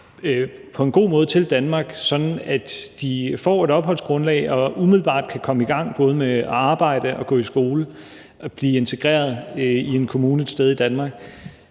på en god måde, sådan at de får et opholdsgrundlag og umiddelbart kan komme i gang med at arbejde eller gå i skole og blive integreret i en kommune et sted i Danmark.